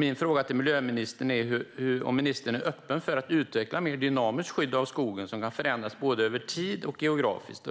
Min fråga till miljöministern är om ministern är öppen för att utveckla ett mer dynamiskt skogsskydd som kan förändras både över tid och geografiskt.